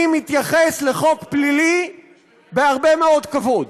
אני מתייחס לחוק פלילי בהרבה מאוד כבוד.